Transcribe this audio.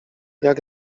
jak